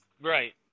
Right